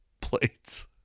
plates